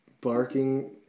barking